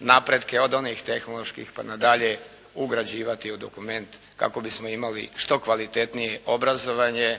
napretke od onih tehnoloških pa na dalje ugrađivati u dokument kako bismo imali što kvalitetnije obrazovanje.